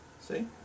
see